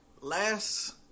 Last